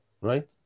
right